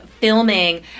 filming